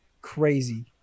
crazy